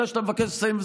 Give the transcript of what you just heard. אני יודע שאתה מבקש לסיים,